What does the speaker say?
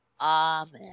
Amen